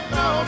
no